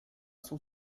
son